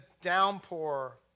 downpour